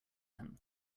him